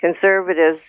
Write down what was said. Conservatives